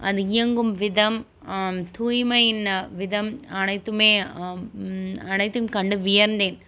அது இயங்கும் விதம் தூய்மையின் விதம் அனைத்துமே அனைத்தும் கண்டு வியந்தேன்